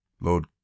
Lord